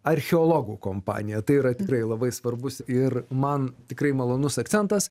archeologų kompanija tai yra tikrai labai svarbus ir man tikrai malonus akcentas